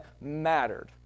mattered